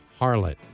Harlot